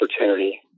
opportunity